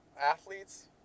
athletes